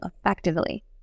effectively